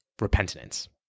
repentance